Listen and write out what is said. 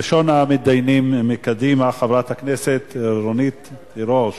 ראשון המתדיינים מקדימה, חברת הכנסת רונית תירוש.